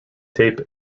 tape